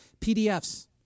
PDFs